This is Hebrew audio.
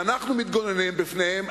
ואנחנו מתגוננים מפניהם,